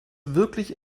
wirklich